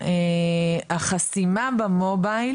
החסימה במובייל